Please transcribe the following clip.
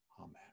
Amen